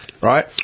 right